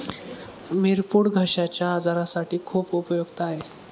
मिरपूड घश्याच्या आजारासाठी खूप उपयुक्त आहे